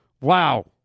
Wow